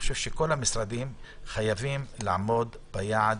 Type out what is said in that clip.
חושב שכל המשרדים חייבים לעמוד ביעד